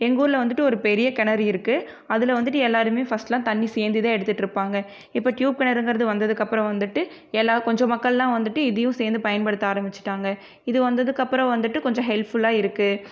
எங்கள் ஊரில் வந்துட்டு ஒரு பெரிய கிணறு இருக்குது அதில் வந்துட்டு எல்லோருமே ஃபர்ஸ்ட்லாம் தண்ணி சேந்துதான் எடுத்துட்டு இருப்பாங்க இப்போ டியூப் கிணறுங்குறது வந்ததுக்கு அப்புறம் வந்துட்டு எல்லாம் கொஞ்சம் மக்கள்லாம் வந்துட்டு இதையும் சேந்து பயன்படுத்த ஆரம்மிச்சிட்டாங்க இது வந்ததுக்கு அப்புறம் வந்துட்டு கொஞ்சம் ஹெல்ப்ஃபுல்லாக இருக்குது